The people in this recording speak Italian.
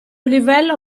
livello